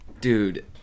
Dude